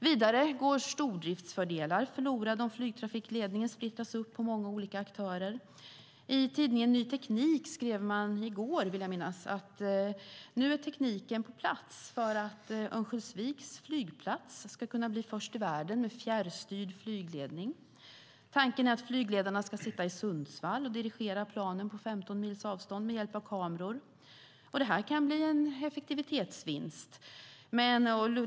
Vidare går stordriftsfördelar förlorade om flygtrafikledningen splittras upp på många olika aktörer. I tidningen Ny Teknik skrev man i går, vill jag minnas, att tekniken nu är på plats för att Örnsköldsviks flygplats ska kunna bli först i världen med fjärrstyrd flygledning. Tanken är att flygledarna ska sitta i Sundsvall och dirigera planen på 15 mils avstånd med hjälp av kameror. Detta kan innebära en effektivitetsvinst.